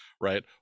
right